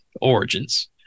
origins